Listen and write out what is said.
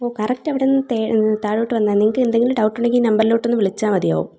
ഓ correct അവിടുന്ന് തേ താഴോട്ട് വന്നാൽ നിങ്ങൾക്ക് എന്തെങ്കിലും ഡൗട്ട് ഉണ്ടെങ്കിൽ ഈ നമ്പറിലോട്ട് ഒന്ന് വിളിച്ചാൽ മതിയാവും